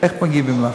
איך מגיבים לך.